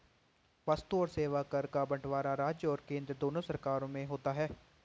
वस्तु और सेवा कर का बंटवारा राज्य और केंद्र दोनों सरकार में होता है